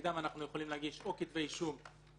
ונגדם אנחנו יכולים להגיש או כתבי אישום במסלול